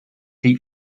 eat